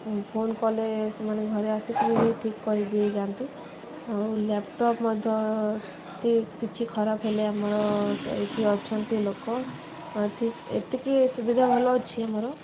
phone କଲେ ସେମାନେ ଘରେ ଆସିକି ବି ଠିକ କରିଦେଇ ଯାଆନ୍ତି ଆଉ ଲ୍ୟାପଟପ୍ ମଧ୍ୟ ଠିକ କିଛି ଖରାପ ହେଲେ ଆମର ସେଠି ଅଛନ୍ତି ଲୋକ ଠିକ ଏତିକି ସୁବିଧା ଭଲ ଅଛି ଆମର